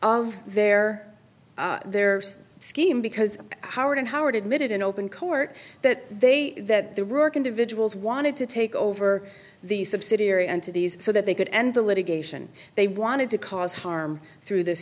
of their their scheme because howard and howard admitted in open court that they that the rourke individuals wanted to take over the subsidiary entities so that they could end the litigation they wanted to cause harm through this